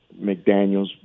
McDaniels